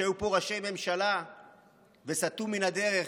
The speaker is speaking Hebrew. היו פה ראשי ממשלה שסטו מן הדרך,